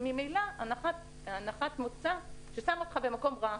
היא ממילא הנחת מוצא ששמה אותך במקום רע,